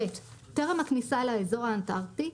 (ב) טרם הכניסה לאזור האנטארקטי,